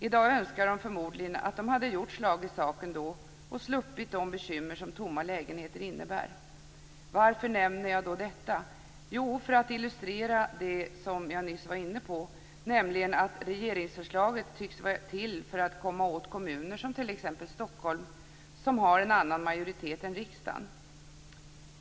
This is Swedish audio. I dag önskar den förmodligen att den hade gjort slag i saken då och sluppit de bekymmer som tomma lägenheter innebär. Varför nämner jag då detta? Jo, för att illustrera det som jag nyss var inne på, nämligen att regeringsförslaget tycks vara till för att komma åt kommuner som t.ex. Stockholm, som har en annan majoritet än riksdagen.